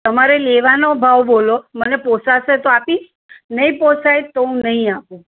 તમારે લેવાનો ભાવ બોલો મને પોસાશે તો આપીશ નહીં પોસાય હું તો નહીં આપું